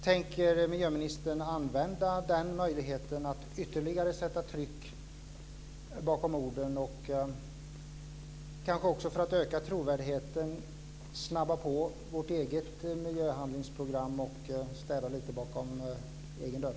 Tänker miljöministern använda den möjligheten att ytterligare sätta tryck bakom orden, och för att öka trovärdigheten snabba på vårt eget miljöhandlingsprogram och städa framför egen dörr?